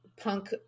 punk